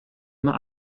immer